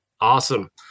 Awesome